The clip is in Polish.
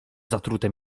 zatrute